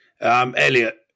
Elliot